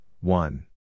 one